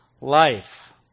life